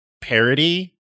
parody